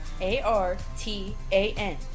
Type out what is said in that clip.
A-R-T-A-N